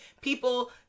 people